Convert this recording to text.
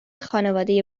خانواده